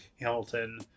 Hamilton